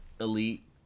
elite